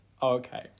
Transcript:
okay